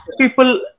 people